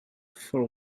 for